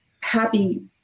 happy